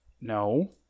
no